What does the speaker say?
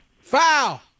Foul